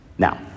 Now